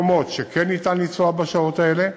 מקומות שבהם כן ניתן לנסוע בשעות האלה,